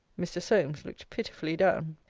mr. solmes looked pitifully down.